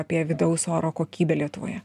apie vidaus oro kokybę lietuvoje